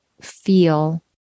feel